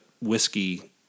whiskey